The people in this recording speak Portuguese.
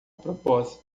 propósito